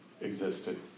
existed